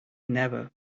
never